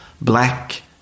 black